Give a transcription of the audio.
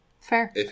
Fair